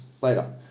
later